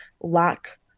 lack